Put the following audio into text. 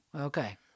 Okay